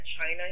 China